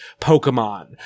Pokemon